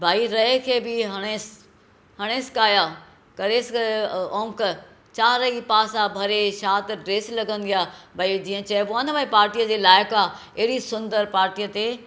भाई रऐ खे बि हणेसि हणेसि काया करेसि ओंक चारई पासा भरे छा त ड्रेस लगं॒दी आहे भई जीअं चइबो आहे न पार्टीअ जे लाइक़ आहे अहिड़ी सुंदर पार्टीअ ते